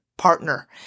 partner